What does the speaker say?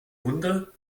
wunder